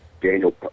Daniel